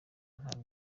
nta